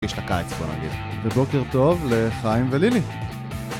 יש לה קיץ פה נגיד. ובוקר טוב לחיים ולילי.